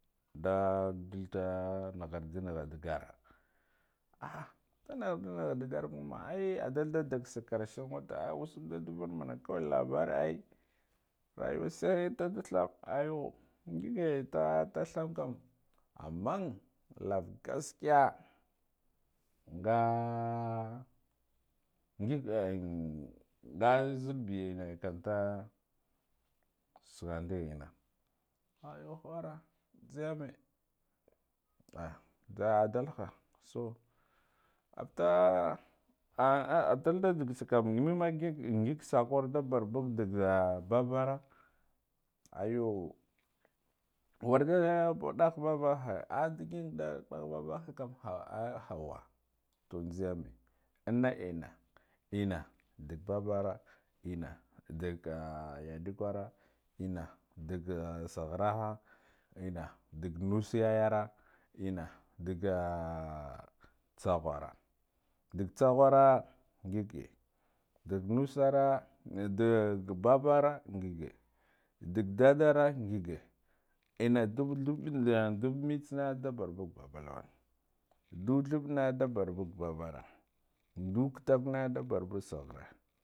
Nda dalda nukharde nakha dagga ah nda nakharde nakha daggar kuma ai adkulda dakse kurshen wata ah usag da ndavion karai labari ai rayuwa sai da tatham ayu ngige ta tatham kam amman lova gaskiya, nga ngig nga nsedde biya enna zahada enna ayu kharo nze yame ah nda adalha so after ah adatda daktse kam nema ngig sakko da barbug daga babbara, ayo warda da deha babba ha adiginda daha babaha kam hawan, to zeyame anna enna enna dagga babara enna. dagga yadikwara enna, dagga sakharaha enna, dagga nus yoyara enna dagga tsakhura, dagga tsakharo ngige dagga nusara dagga babara ngige dagga daddara ngige enna duba thub dubbu mitse na nda barbaga baba lawan nda, thabba na du barbaga dadara ndag kitakwe na da